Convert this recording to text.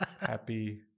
Happy